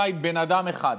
אולי בן אדם אחד.